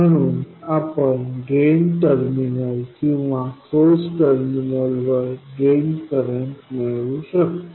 म्हणून आपण drain terminal किंवा सोर्स टर्मिनलवर ड्रेन करंट मिळवू शकतो